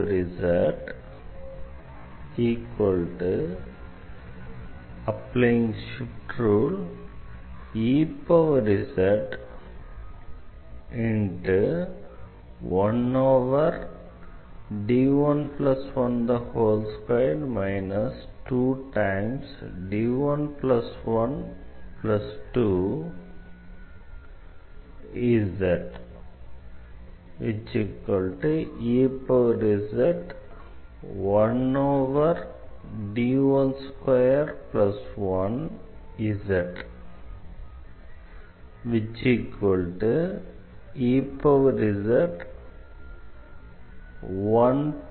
vlcsnap 2019 04 15 10h44m20s857